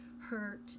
hurt